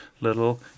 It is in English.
little